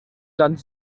land